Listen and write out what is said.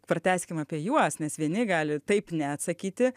pratęskim apie juos nes vieni gali taip ne atsakyti